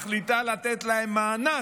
מחליטה לתת להם מענק,